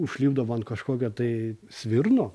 užlipdavau ant kažkokio tai svirno